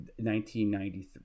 1993